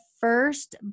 first